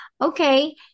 okay